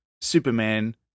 Superman